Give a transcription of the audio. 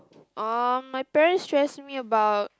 uh my parents stress me about